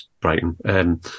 Brighton